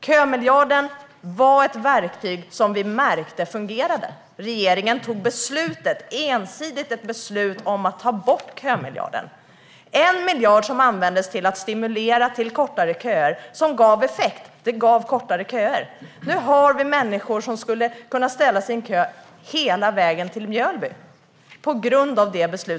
Kömiljarden var ett verktyg som vi märkte fungerade. Regeringen tog ensidigt ett beslut om att ta bort kömiljarden. Detta var en miljard som användes till att stimulera till kortare köer och som gav effekt - den gav kortare köer. På grund av regeringens beslut har vi nu människor som skulle kunna ställa sig i en kö hela vägen till Mjölby.